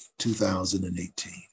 2018